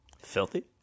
Filthy